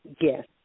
yes